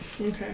Okay